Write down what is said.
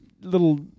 little